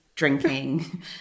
drinking